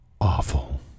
awful